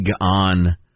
on